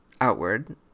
outward